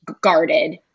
guarded